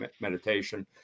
meditation